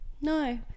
no